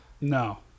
No